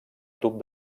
tub